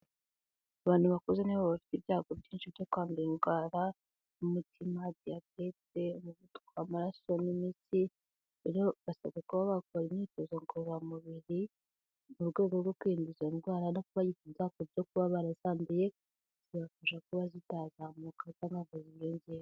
Abantu bakuze ni bo bafite ibyago byinshi byo kwandura indwara nk'umutima, diyabete, umuvuduko w'amaraso, n'imitsi, basabwe kuba bakora imyitozo ngororamubiri mu rwego rwo kwirindaza izo ndwara, no kubafite ibyago byo kuba barazanduye zibafasha kuba zitazamuka ngo ziyongere.